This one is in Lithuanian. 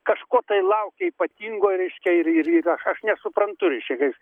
kažko tai laukia ypatingo reiškia ir ir yra aš nesuprantu reiškia kaip